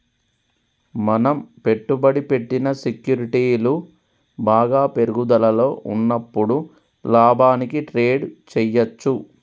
మనం పెట్టుబడి పెట్టిన సెక్యూరిటీలు బాగా పెరుగుదలలో ఉన్నప్పుడు లాభానికి ట్రేడ్ చేయ్యచ్చు